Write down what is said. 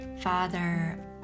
Father